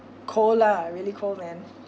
cold lah really cold man